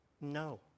no